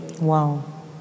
Wow